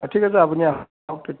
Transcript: ঠিক আছে আপুনি আহক তেতিয়া